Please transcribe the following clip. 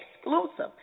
exclusive